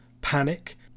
panic